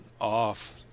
off